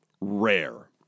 Rare